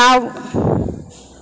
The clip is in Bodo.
दाउ